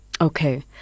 Okay